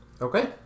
Okay